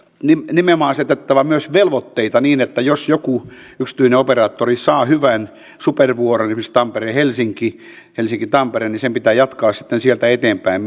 nimenomaan asetettava myös velvoitteita niin että jos joku yksityinen operaattori saa hyvän supervuoron niin kuin esimerkiksi tampere helsinki helsinki tampere niin sen pitää jatkaa sitten myös sieltä eteenpäin